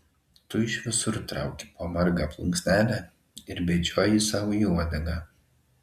tu iš visur trauki po margą plunksnelę ir bedžioji sau į uodegą